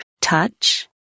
touch